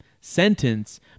sentence